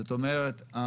זאת אומרת,